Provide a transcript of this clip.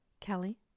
Kelly